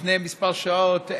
לפני כמה שעות,